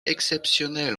exceptionnel